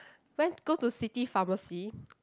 let's go to city pharmacy